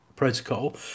protocol